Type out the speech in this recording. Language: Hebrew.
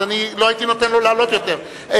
לא הייתי נותן לו לעלות יותר.